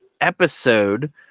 episode